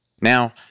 Now